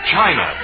China